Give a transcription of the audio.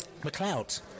McLeod